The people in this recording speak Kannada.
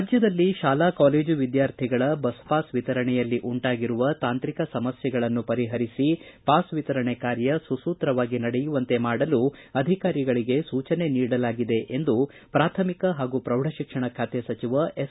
ರಾಜ್ಯದಲ್ಲಿ ಶಾಲಾ ಕಾಲೇಜು ವಿದ್ನಾರ್ಥಿಗಳ ಬಸ್ಪಾಸ್ ವಿತರಣೆಯಲ್ಲಿ ಉಂಟಾಗಿರುವ ತಾಂತ್ರಿಕ ಸಮಸ್ಥೆಗಳನ್ನು ಪರಿಪರಿಸಿ ಬಸ್ ಪಾಸ್ ವಿತರಣೆ ಕಾರ್ಯ ಸುಸೂತ್ರವಾಗಿ ನಡೆಯುವಂತೆ ಮಾಡಲು ಅಧಿಕಾರಿಗಳಿಗೆ ಸೂಚನೆ ನೀಡಲಾಗಿದೆ ಎಂದು ಪ್ರಾಥಮಿಕ ಹಾಗೂ ಪ್ರೌಢ ಶಿಕ್ಷಣ ಖಾತೆ ಸಚಿವ ಎಸ್